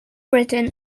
britain